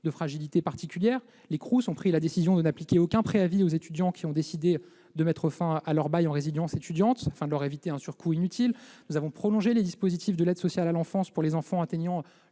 et scolaires (Crous) ont pris la décision de n'exiger aucun préavis des étudiants qui ont décidé de mettre fin à leur bail en résidence étudiante, afin de leur éviter un surcoût inutile. Nous avons prolongé les dispositifs de l'aide sociale à l'enfance (ASE) pour les enfants atteignant